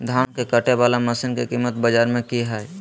धान के कटे बाला मसीन के कीमत बाजार में की हाय?